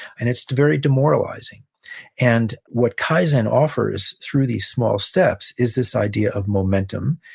and it's very demoralizing and what kaizen offers through these small steps is this idea of momentum.